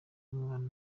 umwana